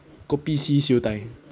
kopi C siew dai